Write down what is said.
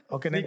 Okay